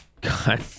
God